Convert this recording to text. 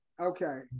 Okay